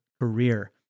career